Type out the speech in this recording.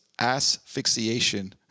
Asphyxiation